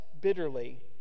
bitterly